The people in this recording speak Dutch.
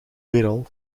weeral